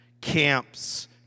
camps